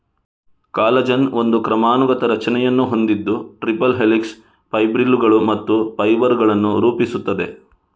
collagen ಒಂದು ಕ್ರಮಾನುಗತ ರಚನೆಯನ್ನು ಹೊಂದಿದ್ದು ಟ್ರಿಪಲ್ ಹೆಲಿಕ್ಸ್, ಫೈಬ್ರಿಲ್ಲುಗಳು ಮತ್ತು ಫೈಬರ್ ಗಳನ್ನು ರೂಪಿಸುತ್ತದೆ